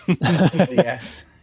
Yes